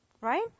Right